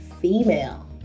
female